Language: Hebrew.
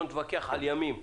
לא נתווכח על ימים.